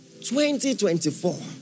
2024